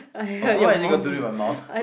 oh what does it got to do with my mum